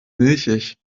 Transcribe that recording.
milchig